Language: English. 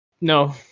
No